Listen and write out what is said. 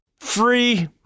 Free